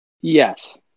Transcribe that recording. Yes